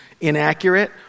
inaccurate